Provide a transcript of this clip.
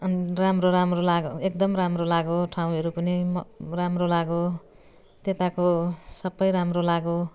अनि राम्रो राम्रो लाग् एकदम राम्रो लाग्यो ठाउँहरू पनि म राम्रो लाग्यो त्यताको सबै राम्रो लाग्यो